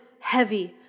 heavy